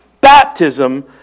baptism